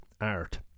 art